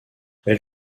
elle